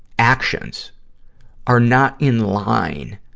actions are not in line